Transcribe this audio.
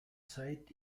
zeit